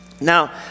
Now